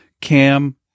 Cam